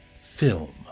film